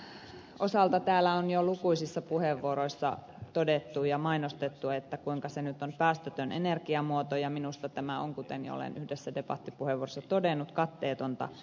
ydinvoiman osalta täällä on jo lukuisissa puheenvuoroissa todettu ja mainostettu kuinka se nyt on päästötön energiamuoto ja minusta tämä on kuten olen jo yhdessä debattipuheenvuorossa todennut katteetonta puhetta